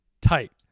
tight